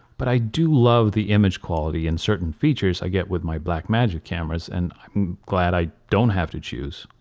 but i do love the image quality and certain features i get with my blackmagic cameras and i'm glad i don't have to choose.